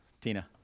Tina